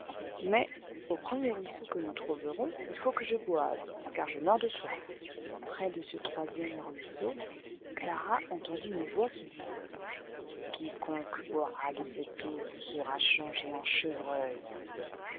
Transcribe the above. mais au premier ruisseau que nous trouverons il faut que je boive car je meurs de soif près de ce troisième ruisseau clara entendit une voix qui disait quiconque boira de cette eau sera changé en chevreuil